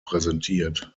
präsentiert